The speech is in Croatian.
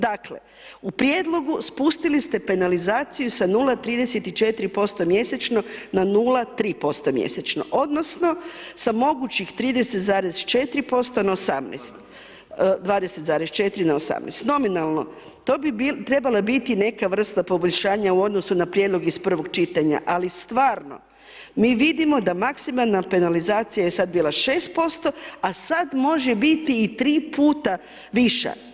Dakle, u prijedlogu spustili ste penalizaciju sa 0,34% mjesečno na 0,3% mjesečno odnosno sa mogućih 30,4% na 18%, 20,4% na 18%, nominalno to bi trebala biti neka vrsta poboljšanja u odnosu na prijedlog iz prvog čitanja, ali stvarno mi vidimo da maksimalna penalizacija je sad bila 6%, a sad može biti i 3 puta viša.